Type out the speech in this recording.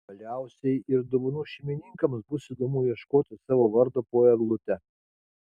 galiausiai ir dovanų šeimininkams bus įdomu ieškoti savo vardo po eglute